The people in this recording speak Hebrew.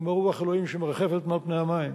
כמו רוח אלוהים שמרחפת מעל פני המים,